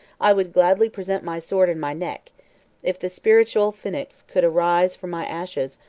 i would gladly present my sword and my neck if the spiritual phnix could arise from my ashes,